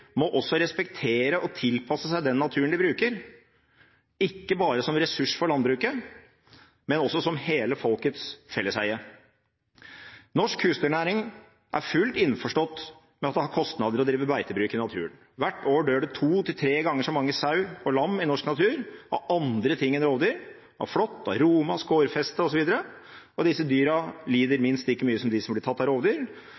må også respektere og tilpasse seg den naturen de bruker – ikke bare som ressurs for landbruket, men også som hele folkets felleseie. Norsk husdyrnæring er fullt innforstått med at det har kostnader å drive beitebruk i naturen. Hvert år dør det to til tre ganger så mange sau og lam i norsk natur av andre ting enn rovdyr – av flått, av rome, av skårfeste osv. – og disse dyrene lider